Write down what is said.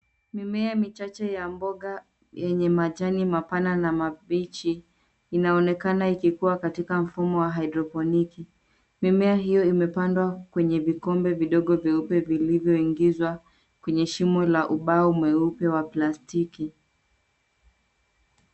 Mimea michache ya mboga yenye majani mapana na mabichi inaonekana ikikuwa katika mfano wa haidroponiki . Mimea hiyo imepandwa kwenye vikombe vidogo vyeupe vilivyo ingizwa kwenye shimo la ubao mweupe wa plastiki.